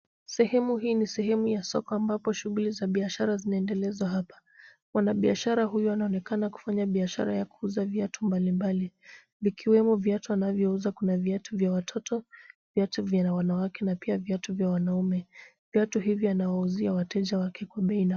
Sehemu hii ni sehemu ya soko ambapo shughuli za biashara zinaendelezwa hapa. Mwanabiashara huyu anaonekana kufanya biashara ya kuuza viatu mbalimbali vikiwemo viatu anavyouza, kuna viatu vya watoto, viatu vya wanawake na pia viatu vya wanaume. Viatu hivi anawauzia wateja wake kwa bei nafuu.